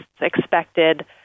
expected